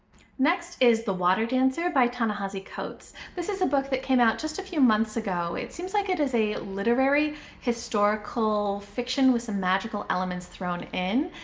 next is the water dancer by ta-nehisi coates. this is a book that came out just a few months ago. it seems like it is a literary historical fiction with some magical elements thrown in.